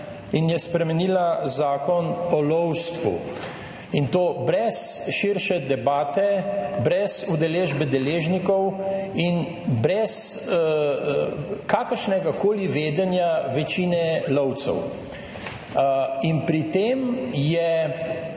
in je spremenila Zakon o lovstvu in to brez širše debate, brez udeležbe deležnikov in brez kakršnegakoli vedenja večine lovcev in pri tem je